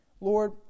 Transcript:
Lord